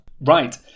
Right